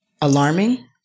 Alarming